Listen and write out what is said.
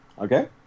Okay